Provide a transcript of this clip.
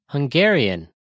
Hungarian